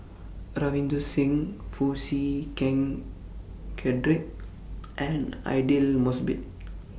Ravinder Singh Foo Chee Keng Cedric and Aidli Mosbit